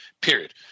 period